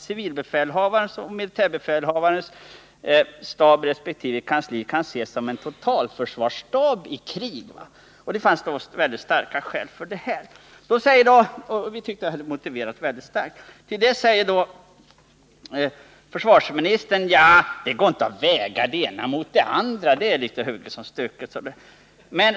Civilbefälhavarens och militärbefälhavarens kansli resp. stab kan ses som en integrerad totalförsvarsstab i krig. Men till allt detta säger försvarsministern att det inte går att väga det ena mot det andra, att det är hugget som stucket.